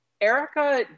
Erica